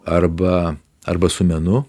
arba arba su menu